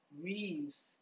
Reeves